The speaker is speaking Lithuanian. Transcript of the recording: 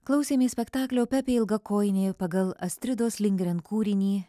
klausėmės spektaklio pepė ilgakojinė pagal astridos lindgren kūrinį